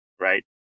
right